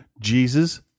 Jesus